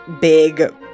big